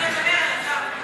תמשיך לדבר, אלעזר.